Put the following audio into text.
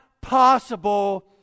possible